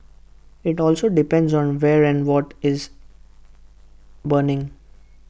IT also depends on where and what is burning